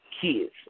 kids